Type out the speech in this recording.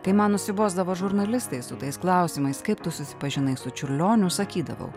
kai man nusibosdavo žurnalistai su tais klausimais kaip tu susipažinai su čiurlioniu sakydavau